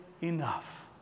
enough